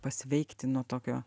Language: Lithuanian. pasveikti nuo tokio